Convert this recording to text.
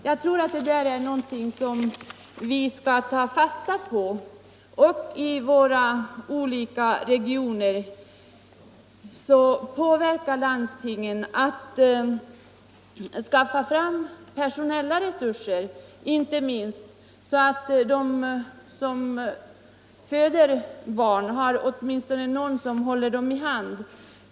Jag tror att det är någonting som vi bör ta fasta på och i våra olika regioner söka påverka landstingen att skaffa fram personella resurser, så att de som föder barn åtminstone har någon som håller dem i hand.